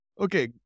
okay